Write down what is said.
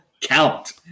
count